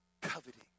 Coveting